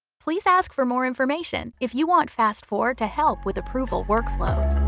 please ask for more information if you want fast four to help with approval workflows.